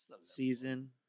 Season